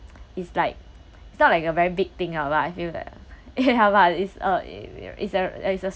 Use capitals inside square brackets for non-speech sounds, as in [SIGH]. it's like it's not like a very big thing lah but I feel that ya [LAUGHS] but it's uh it's a uh it's a